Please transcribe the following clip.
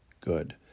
good